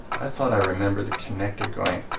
i? thought i remember the connector going